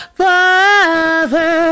forever